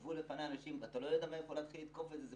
ישבו לפניי אנשים ואתה לא יודע מאיפה להתחיל לתקוף את זה.